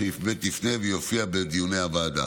שבאמת יפנה ויופיע בדיוני הוועדה.